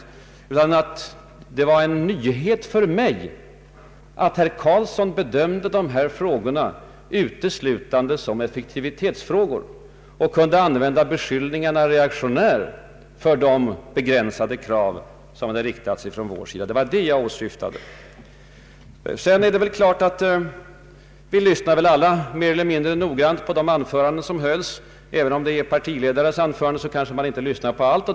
Jag uppfattade det däremot som en nyhet att statsrådet Carlsson bedömer utbildningsfrågorna uteslutande som effektivitetsfrågor och använder beskyllningen reaktionär för de begränsade krav som framställts från vår sida. Det var det jag åsyftade med min kritik. Det är klart att vi alla lyssnar mer eller mindre noggrant på de anföranden som hålls i olika sammanhang. Även om det gäller en partiledares anförande kan man kanske ibland missa något.